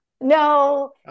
No